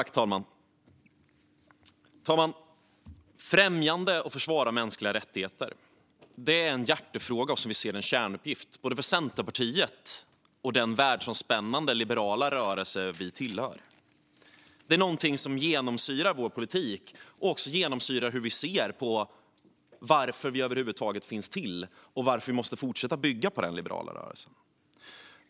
Herr talman! Främjande och försvar av mänskliga rättigheter är en hjärtefråga och en kärnuppgift för både Centerpartiet och den världsomspännande liberala rörelse som vi tillhör. Detta är något som genomsyrar vår politik och också hur vi ser på varför vi över huvud taget finns till och varför vi måste fortsätta att bygga på den liberala rörelsen.